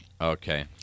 Okay